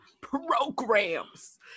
programs